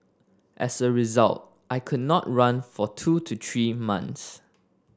as a result I could not run for two to three months